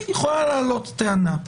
יכולה לעלות טענה כזאת.